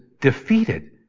defeated